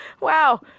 Wow